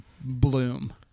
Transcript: bloom